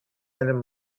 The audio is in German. einem